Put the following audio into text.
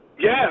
Yes